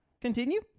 Continue